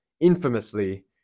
infamously